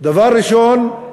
דבר ראשון,